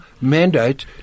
mandate